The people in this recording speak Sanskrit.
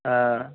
हा